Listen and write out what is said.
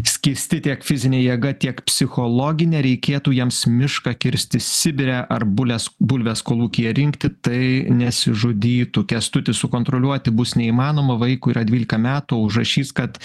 skysti tiek fizine jėga tiek psichologine reikėtų jiems mišką kirsti sibire ar bules bulves kolūkyje rinkti tai nesižudytų kęstutis sukontroliuoti bus neįmanoma vaikui yra dvylika metų užrašys kad